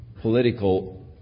political